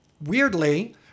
weirdly